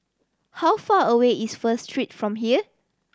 how far away is First Street from here